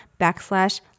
backslash